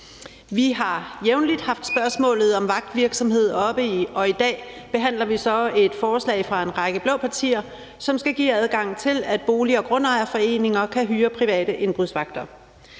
Vi har jævnligt haft spørgsmålet om vagtvirksomhed oppe, og i dag behandler vi så et forslag fra en række blå partier, som skal give adgang til, at bolig- og grundejerforeninger kan hyre private indbrudsvagter.